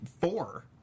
four